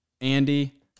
Andy